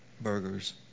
burgers